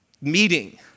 meeting